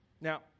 Now